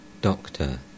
Doctor